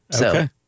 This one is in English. Okay